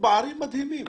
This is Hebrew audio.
פערים מדהימים.